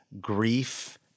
grief